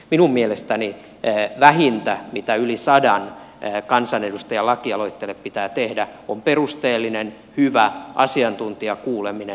minun mielestäni vähintä mitä yli sadan kansanedustajan lakialoitteelle pitää tehdä on perusteellinen hyvä asiantuntijakuuleminen